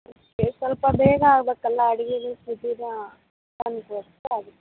okay ಸ್ವಲ್ಪ ಬೇಗ ಆಗ್ಬೇಕಲ್ಲ ಅಡ್ಗೆಗೆ